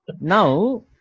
Now